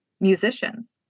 musicians